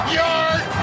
yard